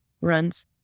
runs